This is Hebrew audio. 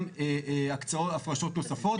גם הפרשות נוספות.